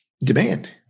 Demand